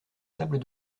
sables